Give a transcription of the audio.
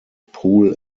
pool